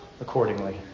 accordingly